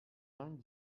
uns